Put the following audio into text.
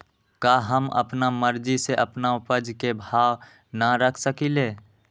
का हम अपना मर्जी से अपना उपज के भाव न रख सकींले?